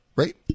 Right